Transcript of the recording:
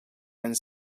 and